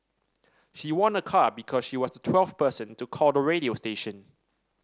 she won a car because she was the twelfth person to call the radio station